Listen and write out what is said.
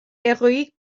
héroïque